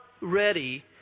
ready